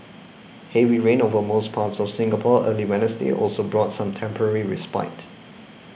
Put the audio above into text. heavy rain over most parts of Singapore early Wednesday also brought some temporary respite